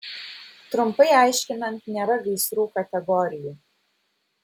trumpai aiškinant nėra gaisrų kategorijų